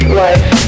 life